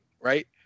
right